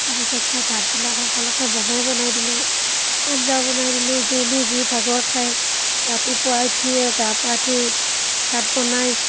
তাৰ পিছত মই ভাতবিলাক সকলোকে বনাই বনাই দিলোঁ আঞ্জা বনাই দিলোঁ যোনে যি ভাগৰ খায় ৰাতিপুৱা উঠিয়েই গা পা ধুই ভাত বনাই